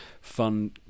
fun